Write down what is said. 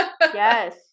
Yes